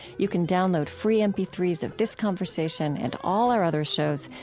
you can download free m p three s of this conversation and all our other shows.